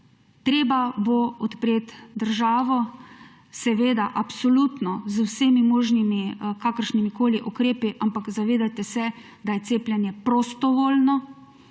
Treba bo odpreti državo, seveda absolutno z vsemi možnimi, kakršnimikoli ukrepi, ampak zavedajte se, da je cepljenje prostovoljno.